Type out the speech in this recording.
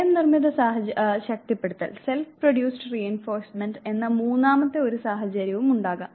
സ്വയം നിർമ്മിത ശക്തിപ്പെടുത്തൽ എന്ന മൂന്നാമത്തെ ഒരു സാഹചര്യവും ഉണ്ടാകാം